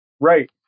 Right